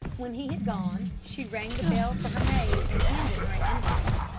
when he had gone she rang the bell for her maid and handed her an envelope.